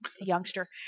Youngster